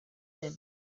him